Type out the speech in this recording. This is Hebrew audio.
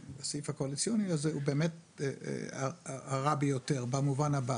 הסעיף הקואליציוני הזה הוא באמת הרע ביותר במובן הבא: